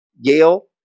Yale